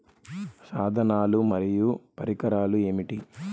సాధనాలు మరియు పరికరాలు ఏమిటీ?